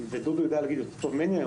דודו מלכא יידע להגיד טוב יותר ממני,